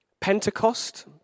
Pentecost